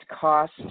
cost